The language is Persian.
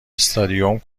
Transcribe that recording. استادیوم